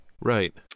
Right